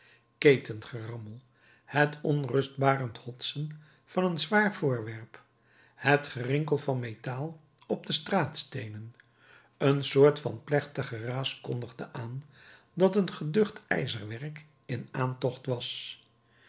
ketengerammel het onrustbarend hotsen van een zwaar voorwerp het gerinkel van metaal op de straatsteenen een soort van plechtig geraas kondigde aan dat een geducht ijzerwerk in aantocht was